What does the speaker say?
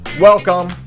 Welcome